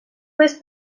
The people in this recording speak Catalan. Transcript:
més